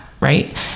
Right